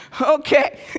okay